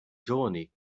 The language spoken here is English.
journey